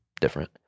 different